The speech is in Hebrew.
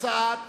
הצעת